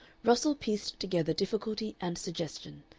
russell pieced together difficulty and suggestion,